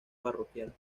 parroquial